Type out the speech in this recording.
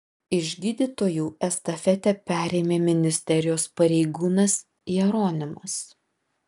iš gydytojų estafetę perėmė ministerijos pareigūnas jeronimas